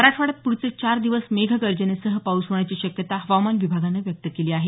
मराठवाड्यात प्रढचे चार दिवस मेघगर्जनेसह पाऊस होण्याची शक्यता हवामान विभागानं व्यक्त केली आहे